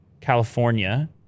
California